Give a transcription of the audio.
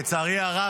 לצערי הרב,